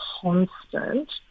constant